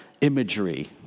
imagery